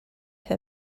her